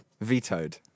Vetoed